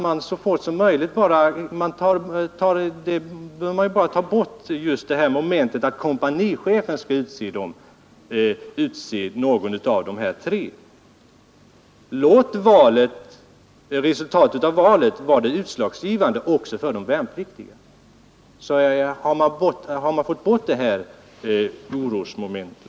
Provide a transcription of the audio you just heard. Man bör ta bort momentet att kompanichefen skall utse en av de tre personer som personalen har föreslagit. Låt resultatet av valet vara utslagsgivande också när det gäller värnpliktiga! Då har man fått bort detta orosmoment.